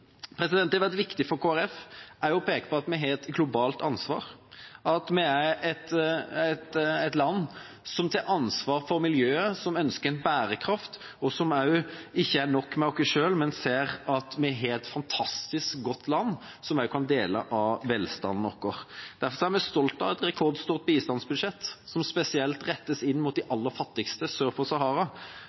Det har vært viktig for Kristelig Folkeparti å peke på at vi har et globalt ansvar, at vi er et land som tar ansvar for miljøet, som ønsker bærekraft, som ikke har nok med oss selv, men ser at vi har et fantastisk godt land og også kan dele av velstanden vår. Derfor er vi stolte av et rekordstort bistandsbudsjett, som spesielt rettes inn mot de aller fattigste sør for Sahara,